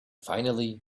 finally